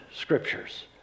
scriptures